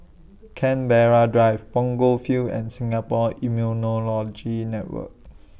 Canberra Drive Punggol Field and Singapore Immunology Network